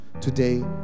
Today